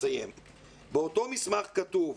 באותו מסמך כתוב: